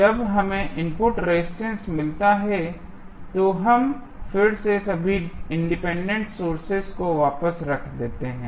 और जब हमें इनपुट रेजिस्टेंस मिलता है तो हम फिर से सभी इंडिपेंडेंट सोर्सेज को वापस रख देते हैं